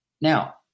Now